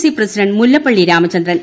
C president Mullappally Ramachandran